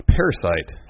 Parasite